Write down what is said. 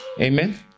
Amen